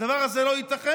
הדבר הזה לא ייתכן.